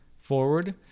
forward